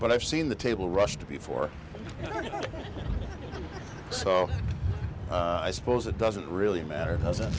but i've seen the table rush to before so i suppose it doesn't really matter does